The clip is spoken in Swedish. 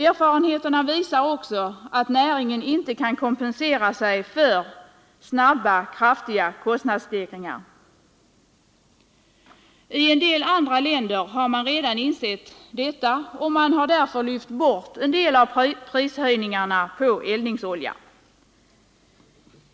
Erfarenheterna visar också att näringen inte kan kompensera sig för snabba, kraftiga kostnadsstegringar. I en del andra länder har man redan insett detta, och man har därför lyft bort en del av prishöjningarna på eldningsolja.